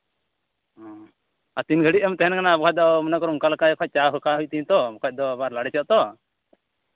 ᱚᱻ ᱟᱨ ᱛᱤᱱ ᱜᱷᱟᱹᱲᱤᱡᱽ ᱮᱢ ᱛᱟᱦᱮᱱ ᱠᱟᱱᱟ ᱵᱟᱠᱷᱟᱱ ᱫᱚ ᱟᱵᱟᱨ ᱢᱚᱱᱮ ᱠᱚᱨᱚ ᱚᱱᱠᱟ ᱞᱮᱠᱟ ᱪᱟ ᱪᱚᱸᱫᱟ ᱦᱩᱭᱩᱜ ᱛᱤᱧᱟᱹ ᱛᱚ ᱵᱟᱠᱷᱟᱡᱽ ᱫᱚ ᱟᱵᱟᱨ ᱞᱟᱲᱮᱡᱚᱜᱼᱟ ᱛᱚ